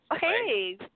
Hey